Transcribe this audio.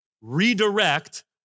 redirect